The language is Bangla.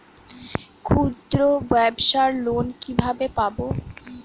ক্ষুদ্রব্যাবসার লোন কিভাবে পাব?